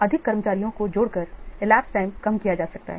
अधिक कर्मचारियों को जोड़कर elapsed टाइम कम किया जा सकता है